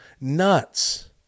nuts